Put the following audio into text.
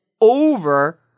over